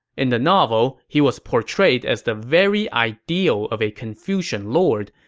in the novel, he was portrayed as the very ideal of a confucian lord,